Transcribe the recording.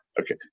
Okay